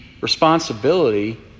responsibility